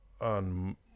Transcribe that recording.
on